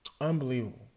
Unbelievable